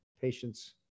patients